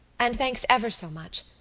and thanks ever so much.